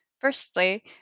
Firstly